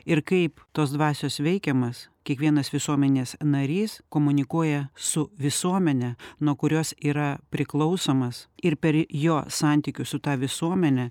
ir kaip tos dvasios veikiamas kiekvienas visuomenės narys komunikuoja su visuomene nuo kurios yra priklausomas ir per jo santykius su ta visuomene